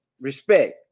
Respect